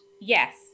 Yes